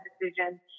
decision